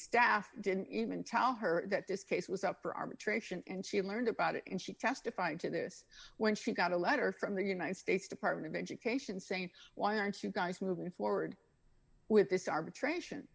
staff didn't even tell her that this case was up for arbitration and she had learned about it and she testified to this when she got a letter from the united states department of education saying why aren't you guys moving forward with this arbitration